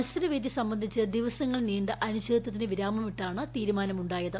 മത്സര വേദി സംബന്ധിച്ച് ദിവസങ്ങൾ നീണ്ട അനിശ്ചിതത്വത്തിന് വിരാമമിട്ടാണ് തീരുമാനമുണ്ടായത്